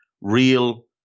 real